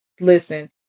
Listen